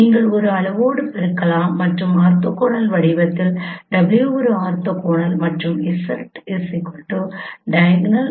நீங்கள் ஒரு அளவோடு பெருக்கலாம் மற்றும் ஆர்த்தோகனல் வடிவத்தில் W ஒரு ஆர்த்தோகனல் மற்றும் Z diag 1 1 0 W